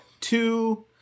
two